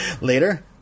later